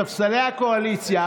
ספסלי הקואליציה,